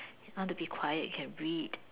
want to be quiet you can read